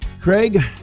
Craig